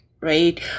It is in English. right